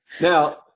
Now